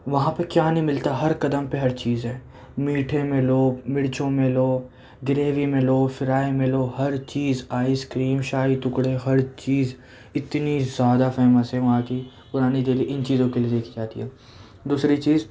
وہاں پہ کیا نہیں ملتا ہر قدم پہ ہر چیز ہے میٹھے میں لو مرچی میں لو گریوی میں لو فرائی میں لو ہر چیز آئس کریم شاہی ٹکڑے ہر چیز اتنی زیادہ فیمس ہے وہاں کی پرانی دہلی ان چیزوں کے لئے دیکھی جاتی ہے دوسری چیز